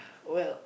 well